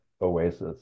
oasis